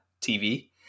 TV